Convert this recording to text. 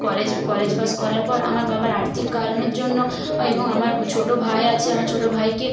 college college পাশ করার পর আমার বাবার আর্থিক কারণের জন্য ও এবং আমার ছোটো ভাই আছে আমার ছোটো ভাইকে